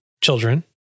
children